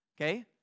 okay